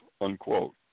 unquote